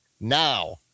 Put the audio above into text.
Now